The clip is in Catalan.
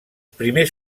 primers